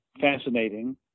fascinating